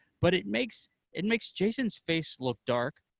but it makes it makes jason's face look dark,